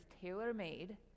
tailor-made